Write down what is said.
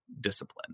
discipline